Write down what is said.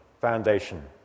foundation